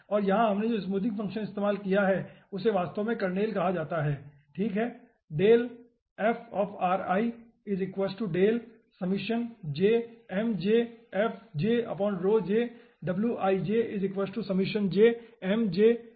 और यहां हमने जो भी स्मूथिंग फंक्शन इस्तेमाल किया उसे वास्तव में कर्नेल कहा जाता है ठीक है